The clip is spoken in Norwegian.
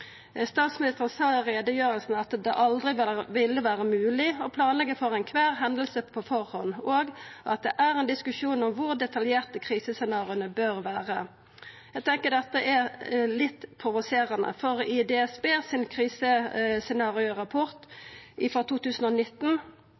Statsministeren sa i utgreiinga at det aldri ville vera mogleg å planleggja for alle hendingar på førehand, og at det er ein diskusjon kor detaljert krisescenarioa bør vera. Eg tenkjer dette er litt provoserande, for DSB sin